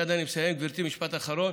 מייד אני מסיים, גברתי, משפט אחרון.